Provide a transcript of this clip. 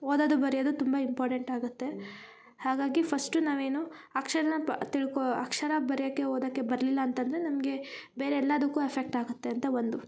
ಓದೋದು ಬರಿಯದು ತುಂಬ ಇಂಪಾರ್ಟೆಂಟ್ ಆಗತ್ತೆ ಹಾಗಾಗಿ ಫಸ್ಟು ನಾವೇನು ಅಕ್ಷರ್ನ ತಿಳ್ಕೋ ಅಕ್ಷರ ಬರಿಯಕೆ ಓದಕೆ ಬರಲಿಲ್ಲ ಅಂತಂದರೆ ನಮಗೆ ಬೇರೆ ಎಲ್ಲಾದುಕ್ಕು ಎಫೆಕ್ಟ್ ಆಗುತ್ತೆ ಅಂತ ಒಂದು